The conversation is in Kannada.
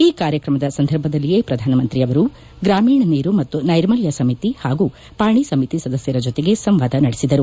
ಈ ಕಾರ್ಯಕ್ರಮದ ಸಂದರ್ಭದಲ್ಲಿಯೇ ಪ್ರಧಾನಮಂತ್ರಿ ಅವರು ಗ್ರಾಮೀಣ ನೀರು ಮತ್ತು ನೈರ್ಮಲ್ಲ ಸಮಿತಿ ಹಾಗೂ ಪಾಣಿ ಸಮಿತಿ ಸದಸ್ಕರ ಜೊತೆಗೆ ಸಂವಾದ ನಡೆಸಿದರು